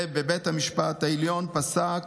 ובית המשפט העליון פסק